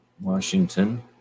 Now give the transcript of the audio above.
Washington